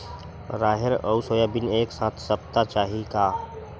राहेर अउ सोयाबीन एक साथ सप्ता चाही का?